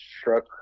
struck